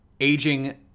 Aging